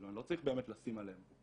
אני לא צריך באמת לשים עליהם,